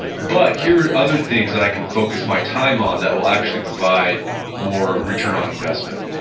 but here are other things that i can focus my time on that will actually provide more return on investment.